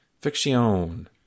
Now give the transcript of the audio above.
Fiction